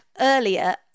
earlier